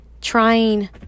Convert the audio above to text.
trying